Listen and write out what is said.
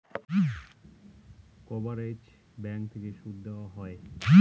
coverage bank থেকে সুদ দেওয়া হয়